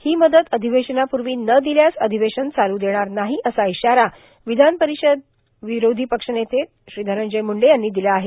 हों मदत अाधवेशनापूर्वा न र्ददल्यास र्आधवेशन चालू देणार नाहो असा इशारा विधान र्पारषद विरोधी पक्षनेते धनंजय मुंडे यांनी दिला आहे